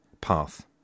path